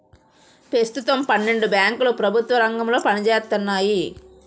పెస్తుతం పన్నెండు బేంకులు ప్రెభుత్వ రంగంలో పనిజేత్తన్నాయి